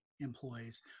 Employees